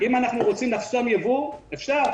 אם אנחנו רוצים לחסום ייבוא אפשר,